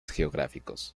geográficos